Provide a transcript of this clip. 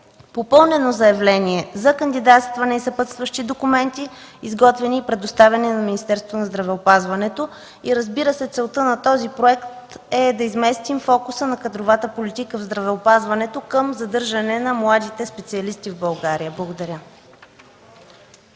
попълнено заявление за кандидатстване и съпътстващи документи, изготвени и предоставени на Министерството на здравеопазването, и, разбира се, целта на този проект е да изместим фокуса на кадровата политика в здравеопазването към задържане на младите специалисти в България. Благодаря.